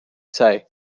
say